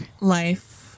life